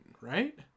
right